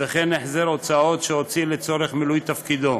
וכן החזר הוצאות שהוציא לצורך מילוי תפקידו.